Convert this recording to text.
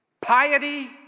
Piety